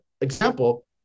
example